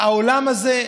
העולם הזה,